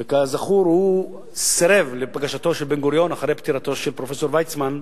וכזכור הוא סירב לבקשתו של בן-גוריון אחרי פטירתו של פרופסור ויצמן,